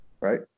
Right